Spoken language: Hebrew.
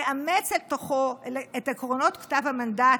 מאמץ לתוכו את עקרונות כתב המנדט,